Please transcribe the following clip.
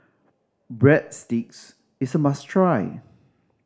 breadsticks is a must try